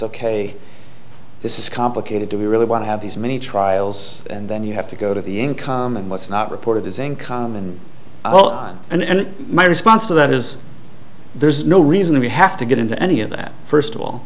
ok this is complicated do we really want to have these many trials and then you have to go to the income and what's not reported as income and zero and my response to that is there's no reason we have to get into any of that first of all